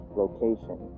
location